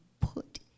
put